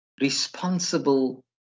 responsible